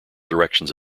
directions